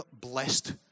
blessed